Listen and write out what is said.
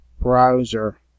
browser